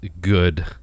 good